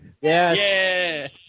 Yes